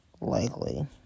Likely